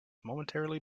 momentarily